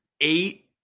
eight